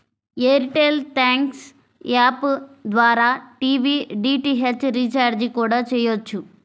air tell thanks app ద్వారా TV DTH recharge కూడా చెయ్యొచ్చు